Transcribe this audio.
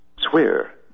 swear